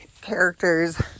characters